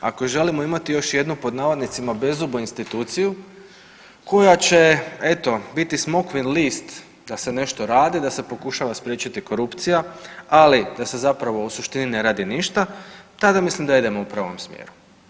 Ako želimo imati još jednu, pod navodnicima, bezubu instituciju koja će, eto, biti smokvin list da se nešto radi, da se pokušava spriječiti korupcija, ali da se zapravo u suštini ne radi ništa, tada mislim da idemo u pravom smjeru.